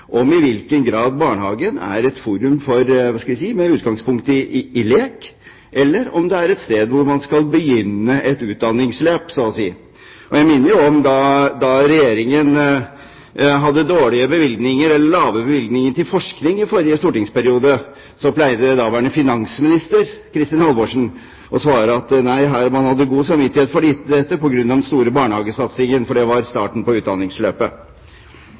om i hvilken grad barnehagen er et forum med utgangspunkt i lek, eller om det er et sted hvor man skal begynne et utdanningsløp, så å si. Jeg minner om at da Regjeringen hadde lave bevilgninger til forskning i forrige stortingsperiode, pleide daværende finansminister Kristin Halvorsen å svare at man hadde god samvittighet for dette på grunn av den store barnehagesatsingen, for det var starten på utdanningsløpet.